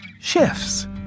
Shifts